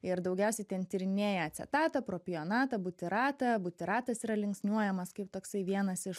ir daugiausia ten tyrinėja acetatą propionatą butiratą butiratas yra linksniuojamas kaip toksai vienas iš